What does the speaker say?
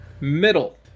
middle